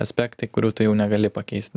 aspektai kurių tu jau negali pakeist